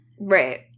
Right